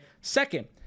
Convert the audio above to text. second